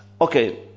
Okay